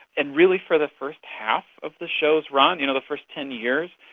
and really for the first half of the show's run, you know the first ten years,